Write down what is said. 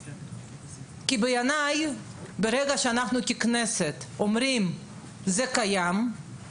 בעיניי ברגע שאנחנו ככנסת אומרים שזה קיים,